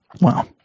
Wow